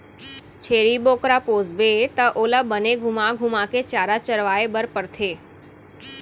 छेरी बोकरा पोसबे त ओला बने घुमा घुमा के चारा चरवाए बर परथे